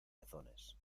pezones